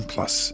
Plus